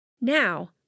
Now